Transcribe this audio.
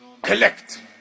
collect